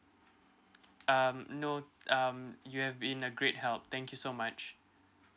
um no um you have been a great help thank you so much